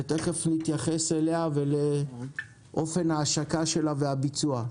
שמיד נתייחס אליה ולאופן ההשקה שלה והביצוע.